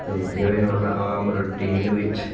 ਅਤੇ ਜਿਵੇਂ ਹੁਣ ਮੈਂ ਆਮ ਰੁਟੀਨ ਵਿੱਚ